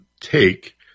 take